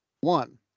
one